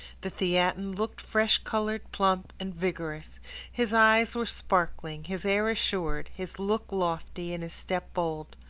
the theatin looked fresh coloured, plump, and vigorous his eyes were sparkling, his air assured, his look lofty, and his step bold.